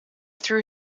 threw